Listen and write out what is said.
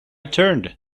turned